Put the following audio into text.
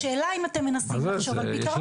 השאלה אם אתם מנסים לחשוב עם פתרון.